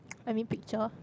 I mean picture